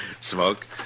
Smoke